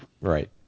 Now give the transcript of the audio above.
Right